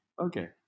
Okay